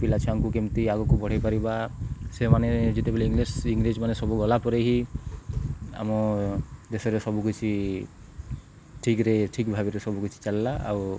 ପିଲା ଛୁଆଙ୍କୁ କେମିତି ଆଗକୁ ପଢ଼େଇ ପାରିବା ସେମାନେ ଯେତେବେଳେ ଇଂଲିଶ୍ ଇଂରେଜ ମାନେ ସବୁ ଗଲା ପରେ ହିଁ ଆମ ଦେଶରେ ସବୁକିଛି ଠିକ୍ରେ ଠିକ୍ ଭାବରେ ସବୁକିଛି ଚାଲିଲା ଆଉ